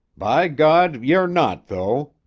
by god, you're not, though!